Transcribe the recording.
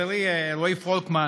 חברי רועי פולקמן,